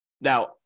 Now